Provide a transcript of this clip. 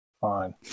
Fine